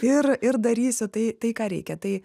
ir ir darysiu tai tai ką reikia tai